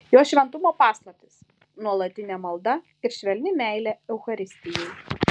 jo šventumo paslaptys nuolatinė malda ir švelni meilė eucharistijai